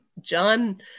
John